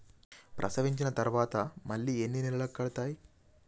ప్రసవించిన తర్వాత మళ్ళీ ఎన్ని నెలలకు కడతాయి?